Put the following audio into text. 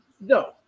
No